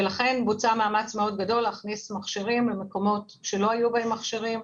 ולכן בוצע מאמץ מאוד גדול להכניס מכשירים למקומות שלא היו בהם מכשירים.